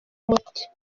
muti